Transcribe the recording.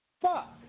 Fuck